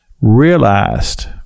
realized